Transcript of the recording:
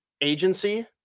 agency